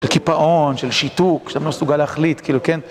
של קיפאון, של שיתוק, שאני לא מסוגל להחליט, כאילו, כן.